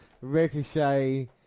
Ricochet